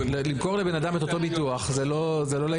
למכור לבן אדם את אותו ביטוח זה לא לעניין.